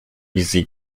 wizji